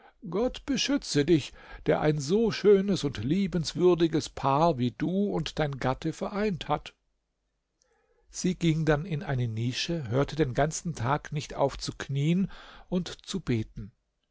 gott beschütze dich der ein so schönes und liebenswürdiges paar wie du und dein gatte vereint hat sie ging dann in eine nische hörte den ganzen tag nicht auf zu knien und zu beten